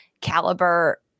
caliber